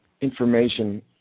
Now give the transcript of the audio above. Information